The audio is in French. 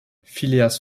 phileas